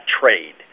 trade